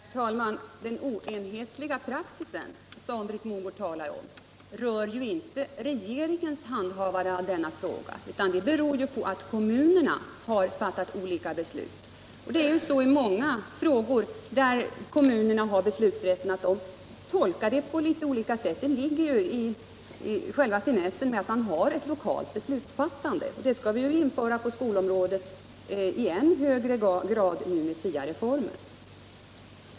Herr talman! Den oenhetliga praxis som Britt Mogård talar om rör inte regeringens handhavande av denna fråga, utan beror på att kommunerna har fattat olika beslut. Det är så i många frågor där kommunerna har beslutsrätten att tolkningen kommer att skilja. Detta ligger i ett lokalt beslutsfattande, något som vi skall införa på skolområdet i än högre grad genom SIA-reformen.